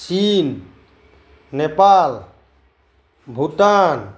চীন নেপাল ভূটান